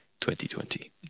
2020